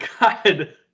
God